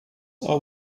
are